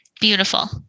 Beautiful